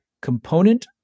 component